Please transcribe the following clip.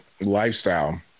lifestyle